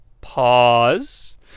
Pause